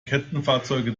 kettenfahrzeuge